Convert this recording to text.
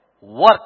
work